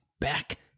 back